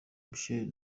michael